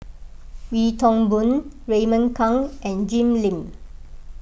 Wee Toon Boon Raymond Kang and Jim Lim